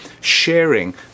sharing